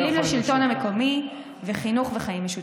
כלים לשלטון המקומי וחינוך וחיים משותפים.